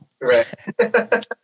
Right